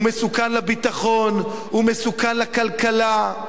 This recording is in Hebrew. הוא מסוכן לביטחון, הוא מסוכן לכלכלה.